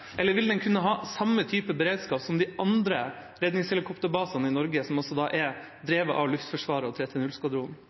eller vil den kunne ha samme typen beredskap som de andre redningshelikopterbasene i Norge, som altså er drevet av Luftforsvaret og